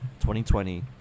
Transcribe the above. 2020